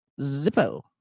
zippo